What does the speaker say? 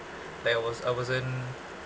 like I was I wasn't